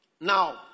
Now